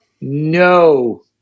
no